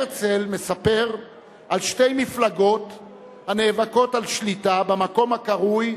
הרצל מספר על שתי מפלגות הנאבקות על שליטה במקום הקרוי